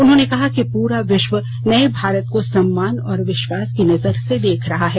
उन्होंने कहा कि पूरा विश्व नये भारत को सम्मान और विश्वास की नजर से देख रहा है